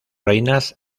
reinas